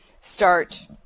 start